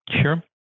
Sure